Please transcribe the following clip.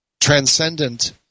transcendent